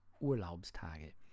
Urlaubstage